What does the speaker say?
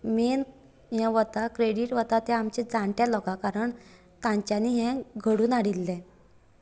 main हें वता credit वता तें आमच्या जाणट्या लोकांक कारण हें घडून हाडिल्लें